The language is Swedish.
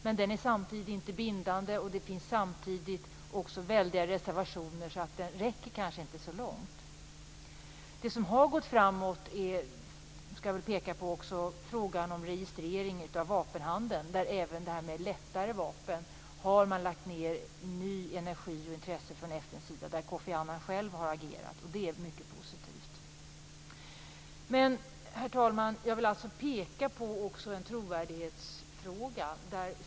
Men den är samtidigt inte bindande, och det finns väldiga reservationer. Därför räcker den kanske inte så långt. Jag skall väl peka på det som har gått framåt också. Där har vi frågan om registrering av vapenhandeln. Även detta med lättare vapen har FN lagt ned ny energi och nytt intresse på. Där har Kofi Annan själv agerat. Det är mycket positivt. Herr talman! Jag vill också peka på en trovärdighetsfråga.